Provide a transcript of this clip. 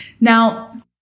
Now